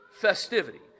festivity